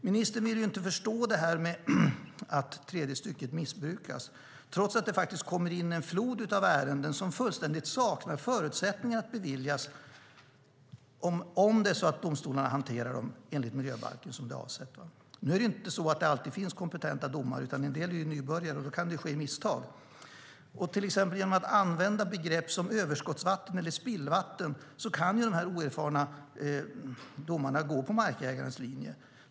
Ministern vill inte förstå att tredje stycket missbrukas trots att det kommer in en flod av ärenden som fullständigt saknar förutsättningar att beviljas om domstolarna hanterar dem enligt miljöbalken som det är avsett. Nu är det inte alltid så att det finns kompetenta domare. En del är nybörjare, och då kan det ske misstag. Genom att man till exempel använder begrepp som överskottsvatten eller spillvatten kan de oerfarna domarna gå på markägarens linje.